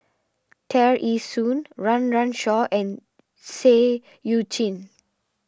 Tear Ee Soon Run Run Shaw and Seah Eu Chin